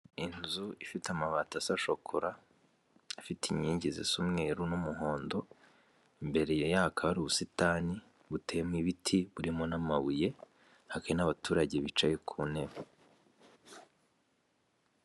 Inzu ifite amabati asa shokora, ifite inkingi zisa umweru n'umuhondo. Imbere yayo hakaba hari ubusitani buteyemo ibiti burimo n'amabuye, hakaba hari n'abaturage bicaye ku ntebe.